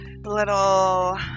little